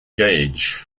gauge